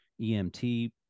EMT